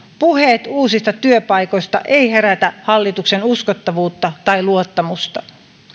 puheet uusista työpaikoista eivät herätä hallituksen uskottavuutta tai luottamusta